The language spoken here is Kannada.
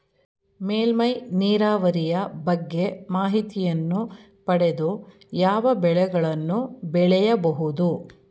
ಮೇಲ್ಮೈ ನೀರಾವರಿಯ ಬಗ್ಗೆ ಮಾಹಿತಿಯನ್ನು ಪಡೆದು ಯಾವ ಬೆಳೆಗಳನ್ನು ಬೆಳೆಯಬಹುದು?